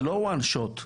זה לא one shot,